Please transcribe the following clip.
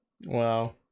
wow